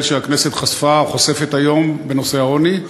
שהכנסת חשפה או חושפת היום בנושא העוני,